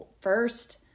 first